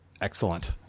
Excellent